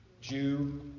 Jew